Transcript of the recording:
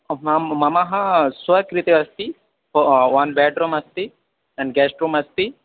मां मम स्वकृते अस्ति वन् बेड्रूम् अस्ति अण्ड् गेस्ट् रूम् अस्ति